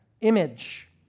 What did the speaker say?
image